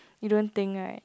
you don't think right